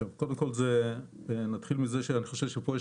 קודם כל נתחיל מזה שאני חושב שפה יש